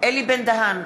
אלי בן-דהן,